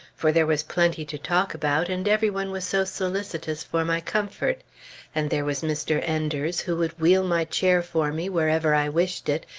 for there was plenty to talk about, and every one was so solicitous for my comfort and there was mr. enders who would wheel my chair for me wherever i wished it,